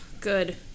Good